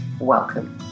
welcome